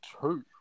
two